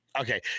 Okay